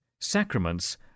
Sacraments